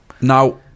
Now